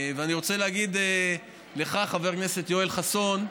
אני רוצה להגיד לך, חבר הכנסת יואל חסון,